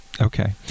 Okay